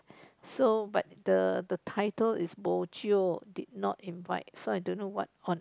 so but the the title is bo jio did not invite so I don't know what on